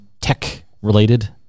tech-related